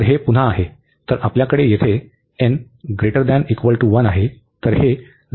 तर हे पुन्हा आहे तर आपल्याकडे येथे n≥1 आहे